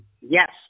Yes